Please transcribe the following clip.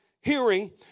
hearing